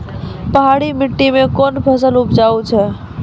पहाड़ी मिट्टी मैं कौन फसल उपजाऊ छ?